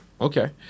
Okay